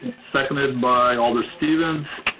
seconded by alder stevens.